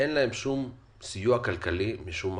שאין להם שום סיוע כלכלי משום מקום,